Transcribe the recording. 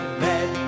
bed